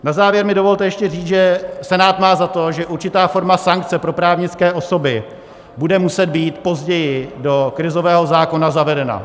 Na závěr mi dovolte ještě říct, že Senát má za to, že určitá forma sankce pro právnické osoby bude muset být později do krizového zákona zavedena.